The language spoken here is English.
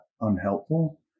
unhelpful